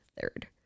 third